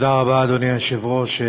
תודה רבה, אדוני היושב-ראש.